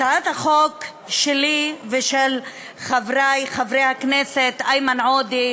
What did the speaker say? הצעת החוק שלי ושל חברי חברי הכנסת איימן עודה,